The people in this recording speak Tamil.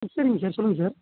சரிங்க சார் சொல்லுங்க சார்